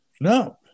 No